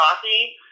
coffee